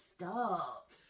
stop